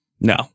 No